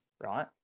right